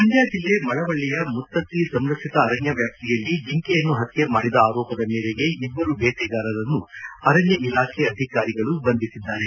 ಮಂಡ್ಕ ಜಿಲ್ಲೆ ಮಳವಳ್ಳಿಯ ಮುತ್ತಕ್ತಿ ಸಂರಕ್ಷಿತ ಅರಣ್ಯ ವ್ಯಾಪ್ತಿಯಲ್ಲಿ ಜಿಂಕೆಯನ್ನು ಪತ್ಯೆ ಮಾಡಿದ ಆರೋಪದ ಮೇರೆಗೆ ಇಬ್ಬರು ಭೇಟೆಗಾರರನ್ನು ಅರಣ್ಯ ಇಲಾಖೆ ಅಧಿಕಾರಿಗಳು ಬಂಧಿಸಿದ್ದಾರೆ